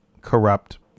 corrupt